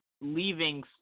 leaving